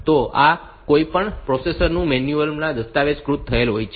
તો આ કોઈપણ પ્રોસેસરના મેન્યુઅલ માં દસ્તાવેજીકૃત થયેલ હોય છે